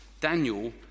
Daniel